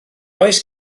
oes